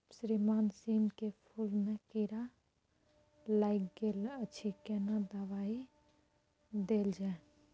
श्रीमान सीम के फूल में कीरा लाईग गेल अछि केना दवाई देल जाय?